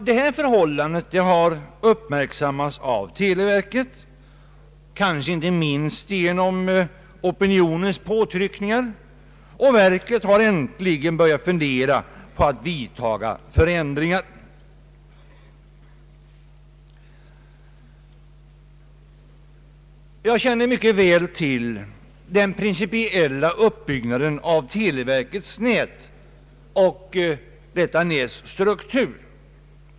Detta förhållande har uppmärksammats av televerket, kanske inte minst till följd av opinionens påtryckningar, och verket har äntligen börjat fundera på att vidtaga ändringar. Jag känner mycket väl till den principiella uppbyggnaden av televerkets nät.